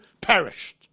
perished